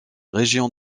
régions